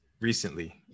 recently